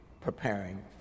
preparing